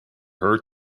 her